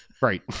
Right